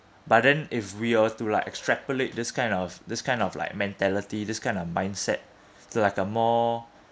but then if we were to like extrapolate this kind of this kind of like mentality this kind of mindset to like a more